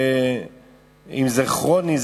אם זה כרוני,